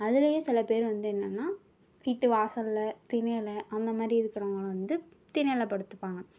அதுலையே சிலபேரு வந்து என்னனா வீட்டு வாசலில் திண்ணையில் அந்தமாதிரி இருக்கிறவங்க வந்து திண்ணைல படுத்துப்பாங்க